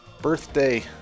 birthday